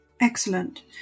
Excellent